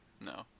No